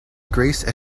grace